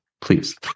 please